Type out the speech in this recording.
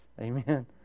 Amen